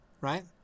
right